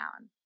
down